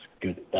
good